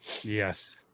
Yes